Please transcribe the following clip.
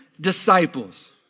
disciples